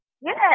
Yes